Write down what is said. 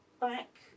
back